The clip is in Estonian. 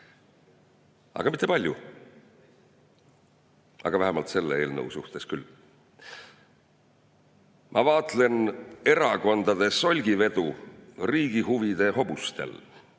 – mitte palju, aga vähemalt selle eelnõu suhtes küll."Ma vaatlen erakondade solgiveduriigihuvide hobustel. Ma